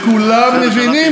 אם אתה לא בשלטון, המדינה מתמוטטת.